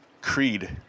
Creed